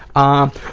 um,